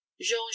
Jean